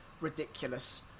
ridiculous